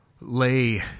lay